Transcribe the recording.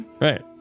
right